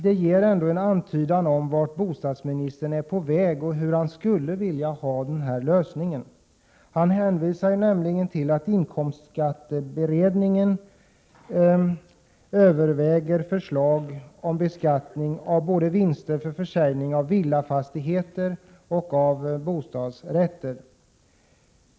Det ger en antydan om vart bostadsministern är på väg och hur han skulle vilja ha lösningen. Han hänvisar ju till att inkomstskatteberedningen överväger förslag om beskattning av vinster vid försäljning både av villafastigheter och av bostadsrätter.